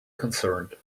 concerned